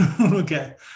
Okay